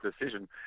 decision